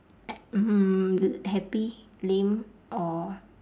at mm happy lame or